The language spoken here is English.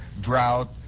drought